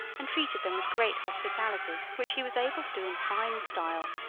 and treated them with great hospitality, which he was able to do in fine style,